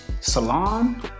Salon